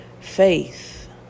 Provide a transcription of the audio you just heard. Faith